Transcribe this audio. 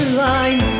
line